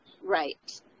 Right